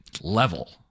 level